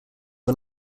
are